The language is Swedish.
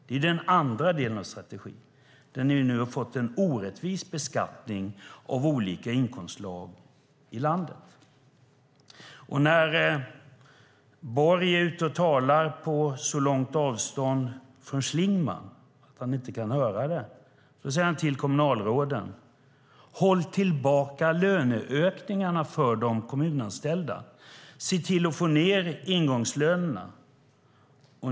Det är den andra delen av strategin där ni nu har fått en orättvis beskattning av olika inkomstslag i landet. När Borg är ute och talar på så långt avstånd från Schlingmann att denne inte kan höra det säger han till kommunalråden: Håll tillbaka löneökningarna för de kommunanställda! Se till att få ned ingångslönerna!